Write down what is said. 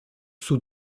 sous